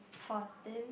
fourteen